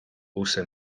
also